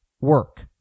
work